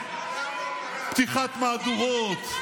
פתיחת מהדורות,